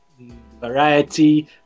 variety